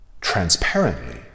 transparently